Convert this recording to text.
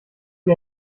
wie